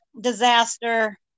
disaster